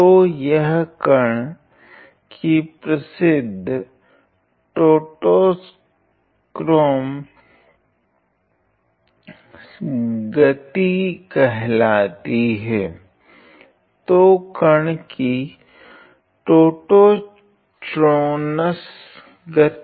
तो यह कण की प्रसिद्द टोटोच्रोनस गति कहलाती है तो कण की टोटोच्रोनस गति